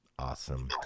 Awesome